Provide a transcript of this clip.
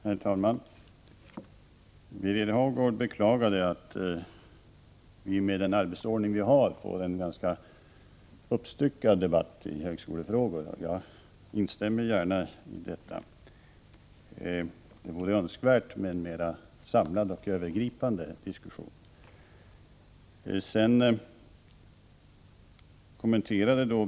Herr talman! Birger Hagård beklagade att vi med den arbetsordning som tillämpas får en ganska uppstyckad debatt om högskolefrågorna, och jag instämmer gärna i detta. Det vore önskvärt med en mera samlad och övergripande diskussion.